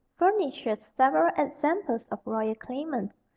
furnishes several examples of royal claimants,